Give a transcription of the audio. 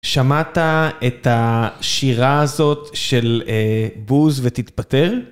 שמעת את השירה הזאת של בוז ותתפטר?